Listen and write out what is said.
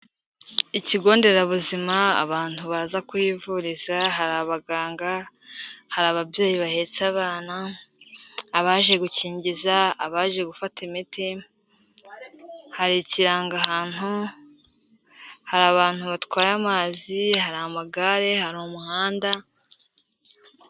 Ikigo nderabuzima abantu baza kuhivuriza hari abaganga, hari ababyeyi bahetse abana, abaje gukingiza, abaje gufata imiti, hari ikirangahantu, hari abantu batwaye amazi, hari amagare, hari umuhanda.